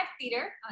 Theater